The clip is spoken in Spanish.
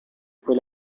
fue